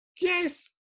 Yes